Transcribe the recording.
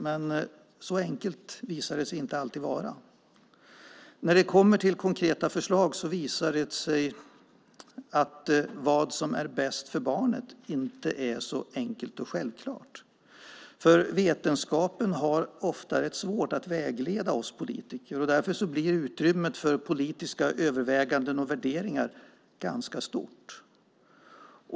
Men så enkelt visar det sig inte alltid vara. När det kommer till konkreta förslag visar det sig att vad som är bäst för barnet inte är så enkelt och självklart. Vetenskapen har ofta rätt svårt att vägleda oss politiker, och därför blir utrymmet för politiska överväganden och värderingar ganska stort.